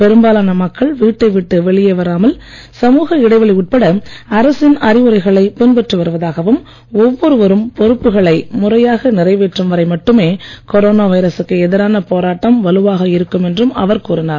பெரும்பாலான மக்கள் வீட்டை விட்டு வெளியே வராமல் சமுக இடைவெளி உட்பட அரசின் அறிவுரைகளை பின்பற்றி வருவதாகவும் ஒவ்வொருவரும் பொறுப்புகளை முறையாக நிறைவேற்றும் வரை மட்டுமே கொரோனா வைரசுக்கு எதிரான போராட்டம் வலுவாக இருக்கும் என்றும் அவர் கூறினார்